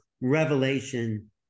revelation